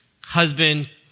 husband